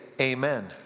amen